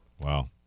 Wow